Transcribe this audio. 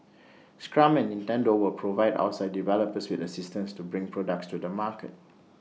scrum and Nintendo will provide outside developers with assistance to bring products to the market